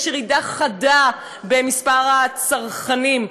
יש ירידה חדה במספר הצרכנים.